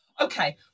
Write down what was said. Okay